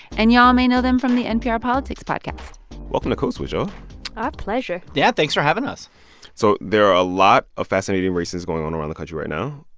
and y'all may know them from the npr politics podcast welcome to code switch, y'all our pleasure yeah, thanks for having us so there are a lot of fascinating races going on around the country right now.